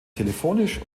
telefonisch